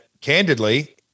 candidly